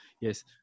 Yes